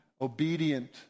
obedient